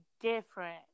different